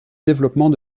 développement